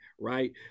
Right